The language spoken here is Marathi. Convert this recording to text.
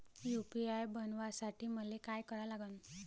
यू.पी.आय बनवासाठी मले काय करा लागन?